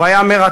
הוא היה מרתק,